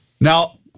Now